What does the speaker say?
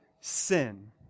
sin